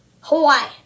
Hawaii